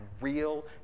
real